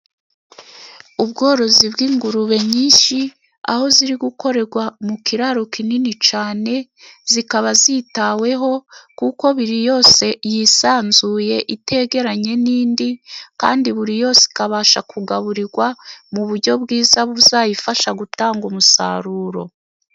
Ubworozi bw'ingurube nyinshi, aho ziri gukorerwa mu kiraro kinini cyane, zikaba zitaweho kuko buri yose yisanzuye itegeranye n'indi, kandi buri yose ikabasha kugaburirwa mu buryo bwiza buzayifasha gutanga umusaruro.